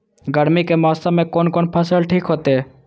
गर्मी के मौसम में कोन कोन फसल ठीक होते?